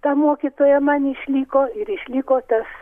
ta mokytoja man išliko ir išliko tas